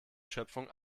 schöpfung